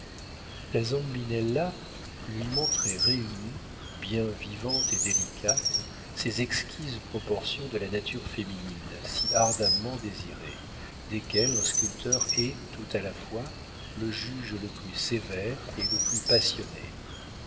la zambinella lui montrait réunies bien vivantes et délicates ces exquises proportions de la nature féminine si ardemment désirées desquelles un sculpteur est tout à la fois le juge le plus sévère et le plus passionné